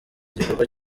igikorwa